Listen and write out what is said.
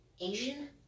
Asian